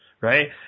Right